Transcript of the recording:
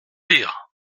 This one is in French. lire